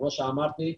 כמו שאמרתי,